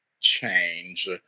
change